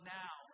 now